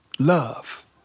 love